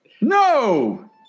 no